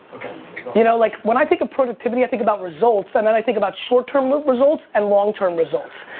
you know, like when i think about productivity i think about results, and then i think about short term ah results and long term results.